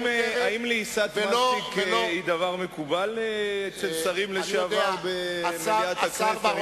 האם לעיסת מסטיק היא דבר מקובל אצל שרים לשעבר במליאת הכנסת?